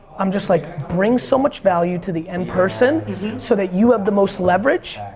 i'm just like bring so much value to the end person so that you have the most leverage.